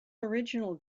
original